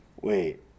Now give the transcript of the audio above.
Wait